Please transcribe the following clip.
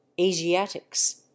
asiatics